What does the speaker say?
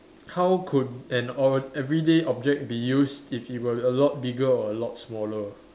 how could an all everyday object be used if it were a lot bigger or a lot smaller